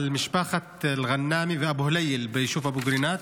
משפחות אלע'נאמי ואבו הלייל ביישוב אבו קרינאת.